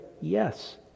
Yes